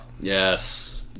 Yes